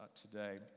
today